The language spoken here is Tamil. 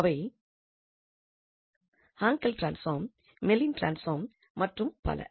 அவை ஹான்கெல் டிரான்ஸ்பாம் மெல்லின் டிரான்ஸ்பாம் மற்றும் பல